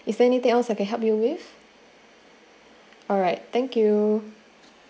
is there anything else I can help you with alright thank you